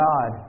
God